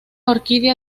orquídea